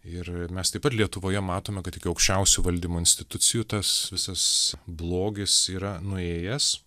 ir mes taip pat lietuvoje matome kad iki aukščiausių valdymo institucijų tas visas blogis yra nuėjęs